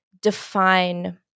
define